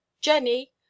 jenny